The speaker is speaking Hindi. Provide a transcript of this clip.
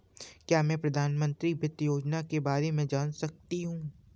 क्या मैं प्रधानमंत्री वित्त योजना के बारे में जान सकती हूँ?